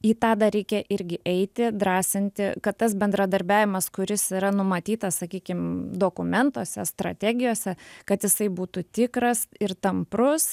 į tą dar reikia irgi eiti drąsinti kad tas bendradarbiavimas kuris yra numatytas sakykim dokumentuose strategijose kad jisai būtų tikras ir tamprus